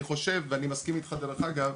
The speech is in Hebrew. אני חושב ואני מסכים איתך, דרך אגב,